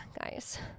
guys